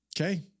Okay